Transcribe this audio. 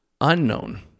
unknown